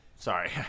sorry